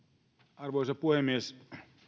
arvoisa puhemies